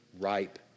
ripe